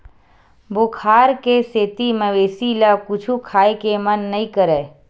बुखार के सेती मवेशी ल कुछु खाए के मन नइ करय